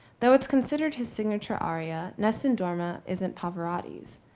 though it's considered his signature aria nessun dorma isn't pavarotti's.